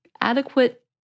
adequate